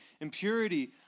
impurity